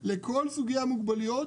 לכל סוגי המוגבלויות,